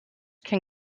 can